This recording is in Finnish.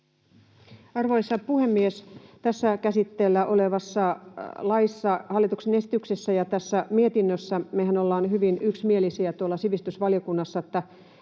Arvoisa puhemies! Tässä käsitteillä olevassa laissa, hallituksen esityksessä ja tässä mietinnössä mehän ollaan hyvin yksimielisiä tuolla sivistysvaliokunnassa, että